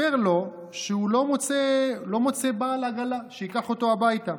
סיפר לו שהוא לא מוצא בעל עגלה שייקח אותו הביתה.